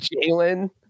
Jalen